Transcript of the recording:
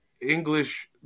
English